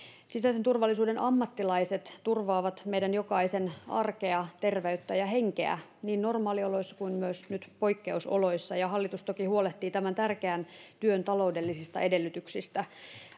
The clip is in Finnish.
sisäisen turvallisuuden ammattilaiset turvaavat meidän jokaisen arkea terveyttä ja henkeä niin normaalioloissa kuin myös nyt poikkeusoloissa ja hallitus toki huolehtii tämän tärkeän työn taloudellisista edellytyksistä